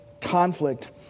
conflict